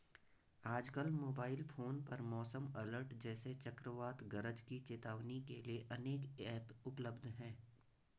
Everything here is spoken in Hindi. आजकल मोबाइल फोन पर मौसम अलर्ट जैसे चक्रवात गरज की चेतावनी के लिए अनेक ऐप उपलब्ध है